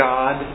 God